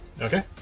Okay